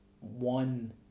one